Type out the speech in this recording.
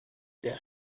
der